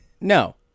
no